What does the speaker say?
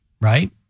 right